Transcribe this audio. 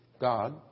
God